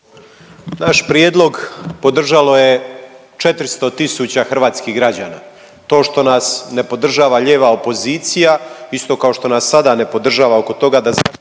Naš prijedlog podržalo je 400 tisuća hrvatskih građana. To što nas ne podržava lijeva opozicija isto kao što nas sada ne podržava oko toga da zaštitimo